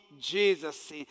Jesus